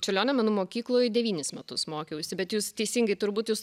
čiurlionio menų mokykloj devynis metus mokiausi bet jūs teisingai turbūt jūs